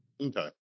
Okay